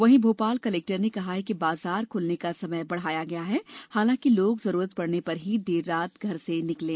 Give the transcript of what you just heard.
वहीं भोपाल कलेक्टर ने कहा है कि बाजार खुलने का समय बढ़ाया गया है हालांकि लोग जरूरत पड़ने पर ही देर रात घर से निकलें